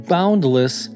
Boundless